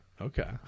Okay